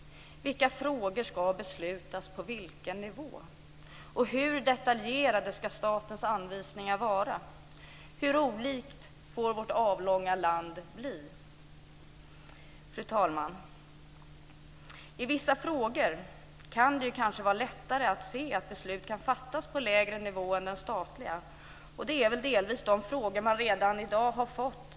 Vilka frågor ska beslutas på vilken nivå? Och hur detaljerade ska statens anvisningar vara? Hur olika får det bli i vårt avlånga land? Fru talman! I vissa frågor kan det kanske vara lättare att se att beslut kan fattas på lägre nivå än den statliga, och det är väl delvis de frågor som man redan i dag får besluta om.